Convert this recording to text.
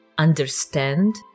understand